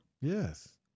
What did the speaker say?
Yes